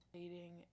dating